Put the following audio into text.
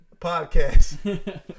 podcast